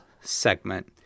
segment